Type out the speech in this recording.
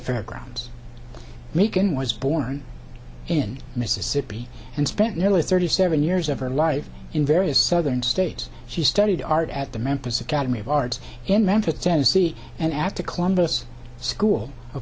fairgrounds macon was born in mississippi and spent nearly thirty seven years of her life in various southern states she studied art at the memphis academy of arts in memphis tennessee and after columbus school of